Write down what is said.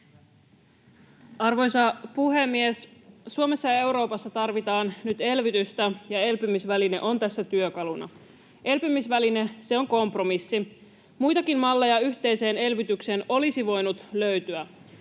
Arvoisa puhemies! Suomessa ja Euroopassa tarvitaan nyt elvytystä, ja elpymisväline on tässä työkaluna. Elpymisväline, se on kompromissi. Muitakin malleja yhteiseen elvytykseen olisi voinut löytyä.